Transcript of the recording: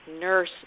nurse